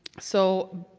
so,